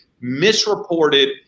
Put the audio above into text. misreported